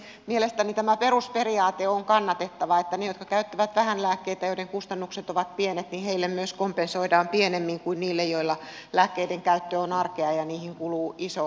mielestäni tämä perusperiaate on kannatettava että niille jotka käyttävät vähän lääkkeitä ja joiden kustannukset ovat pienet myös kompensoidaan pienemmin kuin niille joilla lääkkeidenkäyttö on arkea ja niihin kuluu iso osa rahaa